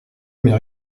mais